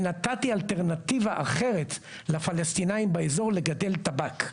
נתתי אלטרנטיבה אחרת לפלסטינים באזור לגדל טבק.